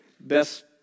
best